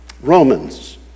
Romans